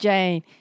Jane